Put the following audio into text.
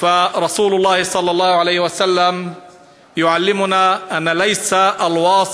וחברי הכנסת, אני קודם כול אצטרף